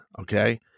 okay